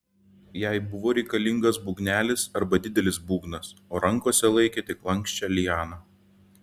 jai buvo reikalingas būgnelis arba didelis būgnas o rankose laikė tik lanksčią lianą